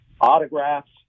autographs